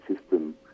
system